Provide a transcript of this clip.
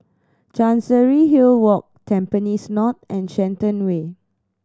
Chancery Hill Walk Tampines North and Shenton Way